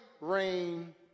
rain